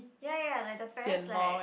ya ya ya like the parents like